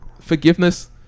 Forgiveness